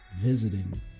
visiting